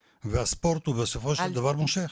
הם אוהבים לראות והספורט הוא בסופו של דבר מושך.